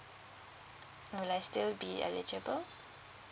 uh will I still be eligible